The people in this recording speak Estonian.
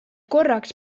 korraks